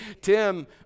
Tim